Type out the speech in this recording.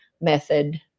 method